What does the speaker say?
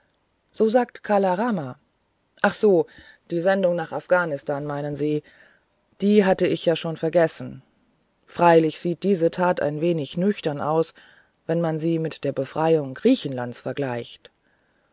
so sagt kala rama ach so die sendung nach afghanistan meinen sie die hatte ich ja schon vergessen freilich sieht diese tat ein wenig nüchtern aus wenn man sie mit der befreiung griechenlands vergleicht